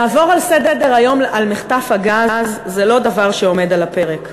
לעבור לסדר-היום על מחטף הגז זה לא דבר שעומד על הפרק.